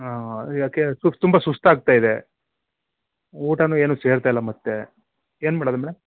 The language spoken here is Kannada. ಹಾಂ ಈಗ ಕೆ ಸುಸ್ ತುಂಬ ಸುಸ್ತಾಗ್ತಾ ಇದೆ ಊಟನೂ ಏನೂ ಸೇರ್ತಾಯಿಲ್ಲ ಮತ್ತೆ ಏನು ಮಾಡೋದು ಮೇಡಮ್